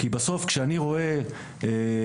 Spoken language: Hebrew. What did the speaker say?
כי בסוף כשאני רואה הסתה,